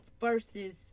versus